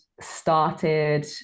started